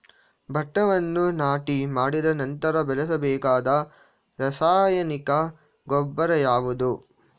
ಭತ್ತವನ್ನು ನಾಟಿ ಮಾಡಿದ ನಂತರ ಬಳಸಬೇಕಾದ ರಾಸಾಯನಿಕ ಗೊಬ್ಬರ ಯಾವುದು?